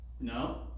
No